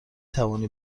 توانی